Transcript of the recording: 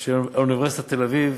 של אוניברסיטת תל-אביב,